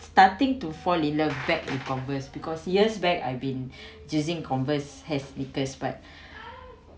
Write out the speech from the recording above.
starting to fall in love back in Converse because years back I been using Converse has sneakers but